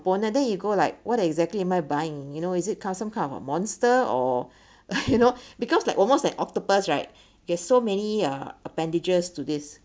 component then you go like what exactly am I buying you know is it ki~ some kind of a monster or you know because like almost like octopus right there's so many uh appendages to this